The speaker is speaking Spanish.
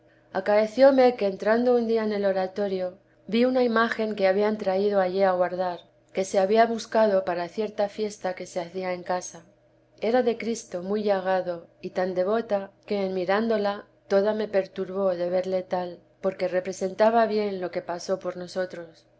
que tenía acaecióme que entrando un día en el oratorio vi una imagen que habían traído allí a guardar que se había buscado para cierta fiesta que se hacía en casa era de cristo muy llagado y tan devota que en mirándola toda me perturbó de verle tal porque representaba bien lo que pasó por nosotros